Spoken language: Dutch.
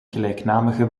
gelijknamige